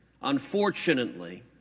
Unfortunately